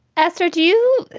esther, do you.